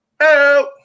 out